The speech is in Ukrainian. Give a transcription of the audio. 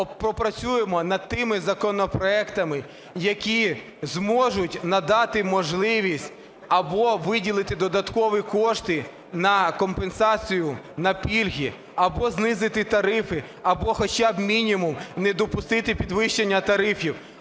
попрацюємо над тими законопроектами, які зможуть надати можливість або виділити додаткові кошти на компенсацію, на пільги, або знизити тарифи, або хоча б мінімум не допустити підвищення тарифів.